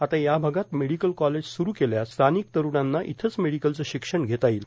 आता या भागात मेोडकल कॉलेज सुरु केल्यास स्थाानक तरुणांना इथच मेडीकलचं शिक्षण घेता येईल